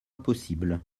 possible